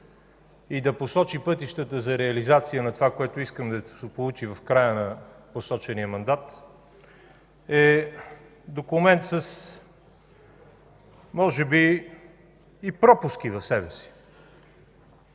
и да посочи пътищата за реализация на това, което искаме да се получи в края на посочения мандат, е документът може би с пропуски в себе си.